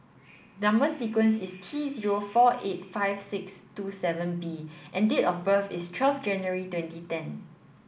number sequence is T zero four eight five six two seven B and date of birth is twelfth January twenty ten